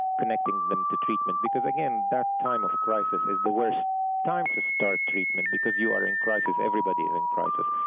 connecting them to treatment because again that time of crisis is the worst time to start treatment because you are in crisis, everybody is in crisis.